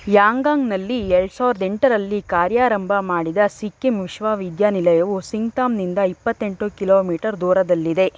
ಯಾಂಗಾಂಗ್ನಲ್ಲಿ ಎರಡು ಸಾವಿರದ ಎಂಟರಲ್ಲಿ ಕಾರ್ಯಾರಂಭ ಮಾಡಿದ ಸಿಕ್ಕಿಂ ವಿಶ್ವವಿದ್ಯಾನಿಲಯವು ಸಿಂಗ್ತಾಮ್ನಿಂದ ಇಪ್ಪತ್ತೆಂಟು ಕಿಲೋಮೀಟರ್ ದೂರದಲ್ಲಿದೆ